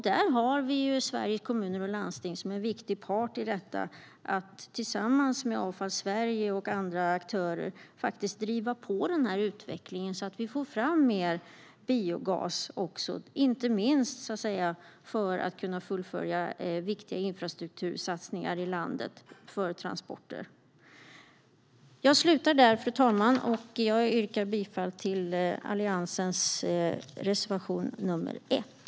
Där är Sveriges Kommuner och Landsting en viktig part i att tillsammans med Avfall Sverige och andra aktörer driva på utvecklingen så att vi får fram mer biogas, inte minst för att kunna fullfölja viktiga infrastruktursatsningar för transporter i landet. Jag slutar där, fru talman, och yrkar bifall till Alliansens reservation 1.